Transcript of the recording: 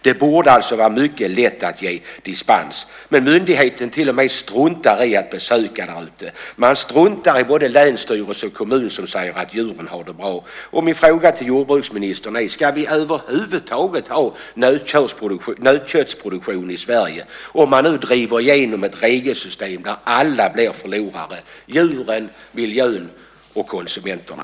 Det borde alltså vara mycket lätt att ge dispens. Men myndigheten struntar till och med i att besöka området. Man struntar i både länsstyrelse och kommun som säger att djuren har det bra. Min fråga till jordbruksministern är: Ska vi över huvud taget ha nötköttsproduktion i Sverige, om man nu driver igenom ett regelsystem där alla blir förlorare: djuren, miljön och konsumenterna?